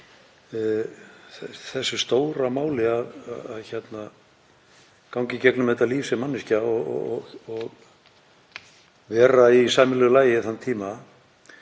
því stóra máli að ganga í gegnum þetta líf sem manneskja og vera í sæmilegu lagi þann tíma.